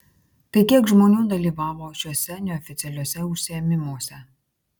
tai kiek žmonių dalyvavo šiuose neoficialiuose užsiėmimuose